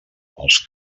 els